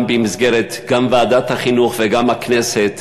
גם במסגרת ועדת החינוך וגם בכנסת,